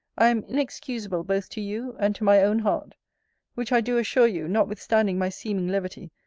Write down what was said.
i am inexcusable both to you, and to my own heart which, i do assure you, notwithstanding my seeming levity,